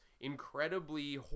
incredibly